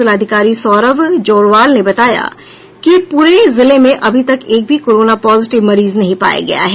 जिलाधिकारी सौरभ जोरवाल ने बताया कि पूरे जिले में अभी तक एक भी कोरोना पॉजिटिव मरीज नहीं पाया गया है